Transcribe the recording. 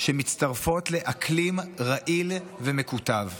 שמצטרפות לאקלים רעיל ומקוטב.